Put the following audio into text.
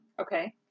Okay